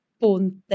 ponte